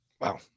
Wow